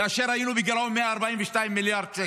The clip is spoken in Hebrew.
כאשר היינו בגירעון של 142 מיליארד שקל.